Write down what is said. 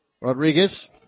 Rodriguez